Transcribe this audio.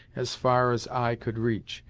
as far as eye could reach,